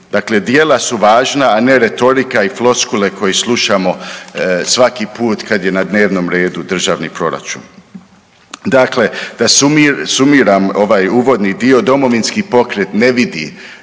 Dakle, djela su važna, a ne retorika i floskule koje slušamo svaki put kada je na dnevnom redu državni proračun. Dakle, da sumiram ovaj uvodni dio, Domovinski pokret ne vidi